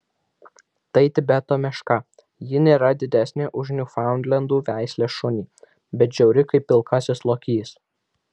tai tibeto meška ji nėra didesnė už niūfaundlendų veislės šunį bet žiauri kaip pilkasis lokys